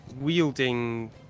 wielding